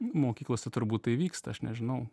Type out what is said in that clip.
mokyklose turbūt tai vyksta aš nežinau